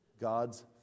God's